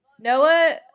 Noah